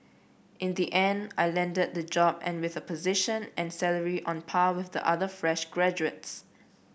in the end I landed the job and with a position and salary on par with the other fresh graduates